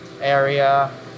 area